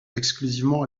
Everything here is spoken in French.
exclusivement